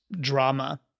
drama